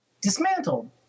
dismantled